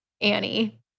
Annie